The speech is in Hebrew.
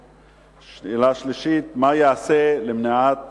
3. מה ייעשה למניעת